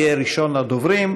יהיה ראשון הדוברים.